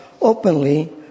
openly